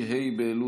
בבקשה,